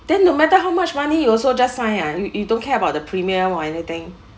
then no matter how much money you also just sign ah y~ you don't care about the premium or anything